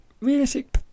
realistic